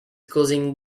causing